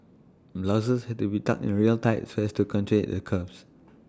blouses had to be tucked in real tight so as to accentuate their curves